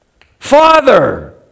Father